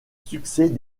succès